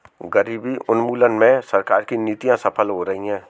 गरीबी उन्मूलन में सरकार की नीतियां सफल हो रही हैं